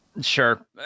Sure